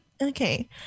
Okay